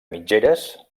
mitgeres